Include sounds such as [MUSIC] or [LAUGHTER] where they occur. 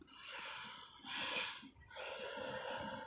[BREATH]